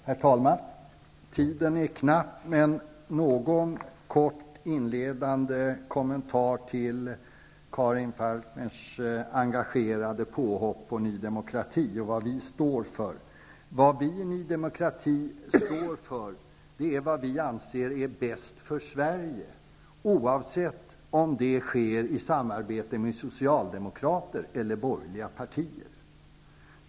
Herr talman! Tiden är knapp, men jag skulle något kort vilja inleda med att kommentera Karin Falkmers engagerade påhopp på Ny demokrati och vad vi står för. Vi står för det som vi anser vara bäst för Sverige, oavsett om det sker i samarbete med socialdemokrater eller med borgerliga partier.